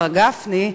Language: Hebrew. מר גפני,